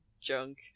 junk